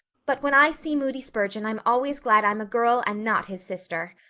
but when i see moody spurgeon i'm always glad i'm a girl and not his sister.